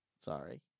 Sorry